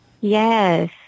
Yes